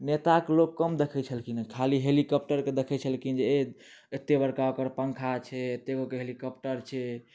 नेताके लोक कम देखैत छलखिन हँ खाली हेलिकॉप्टरके देखैत छलखिन जे एतेक बड़का ओकर पंखा छै एतेक बड़का हेलीकॉप्टर छै